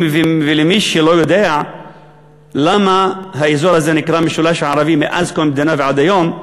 למי שלא יודע למה האזור הזה נקרא המשולש הערבי מאז קום המדינה ועד היום,